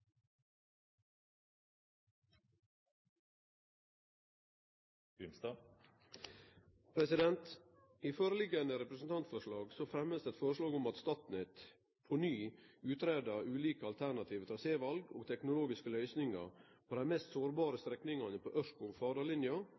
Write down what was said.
vedtatt. I føreliggjande representantforslag blir det fremma eit forslag om at Statnett på ny utgreier ulike alternative traséval og teknologiske løysingar på dei mest sårbare strekningane på